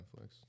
Netflix